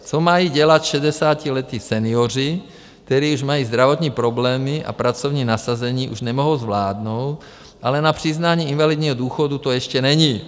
Co mají dělat šedesátiletí senioři, kteří už mají zdravotní problémy a pracovní nasazení už nemohou zvládnout, ale na přiznání invalidního důchodu to ještě není?